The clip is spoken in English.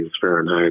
Fahrenheit